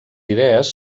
idees